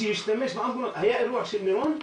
היה אירוע של מירון,